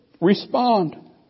Respond